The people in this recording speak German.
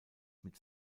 mit